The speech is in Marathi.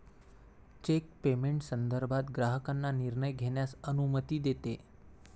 चेक पेमेंट संदर्भात ग्राहकांना निर्णय घेण्यास अनुमती देते